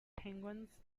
penguins